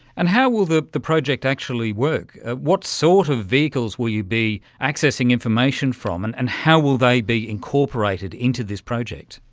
and how will the the project actually work? what sort of vehicles will you be accessing information from and and how will they be incorporated into this project?